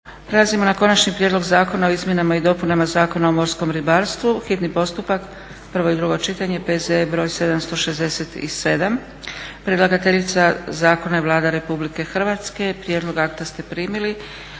Prelazimo na - Konačni prijedlog zakona o izmjenama i dopunama Zakona o morskom ribarstvu, hitni postupak, prvo i drugo čitanje, P.Z.E. 767; Predlagateljica zakona je Vlada Republike Hrvatske. Prijedlog akta ste primili.